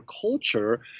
culture